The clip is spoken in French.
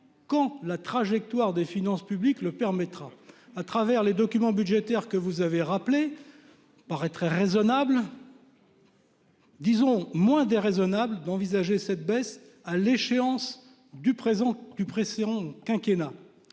quand la trajectoire des finances publiques le permettra, à travers les documents budgétaires que vous avez rappelé. Paraîtrait raisonnable. Disons moins déraisonnable d'envisager cette baisse à l'échéance du présent du pressé